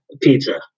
Pizza